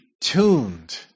tuned